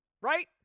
Right